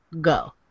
Go